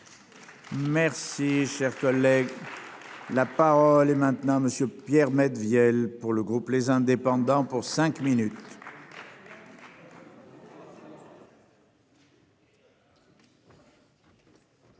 Merci cher collègue. Là. La parole est maintenant monsieur Pierre vielle pour le groupe les indépendants pour cinq minutes.